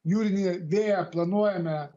jūrinėje vėjo planuojame